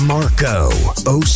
Marco